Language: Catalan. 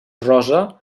rosa